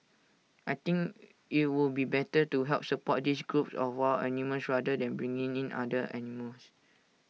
I think IT would be better to help support these groups of wild animals rather than bring in other animals